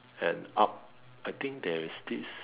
and up I think there is this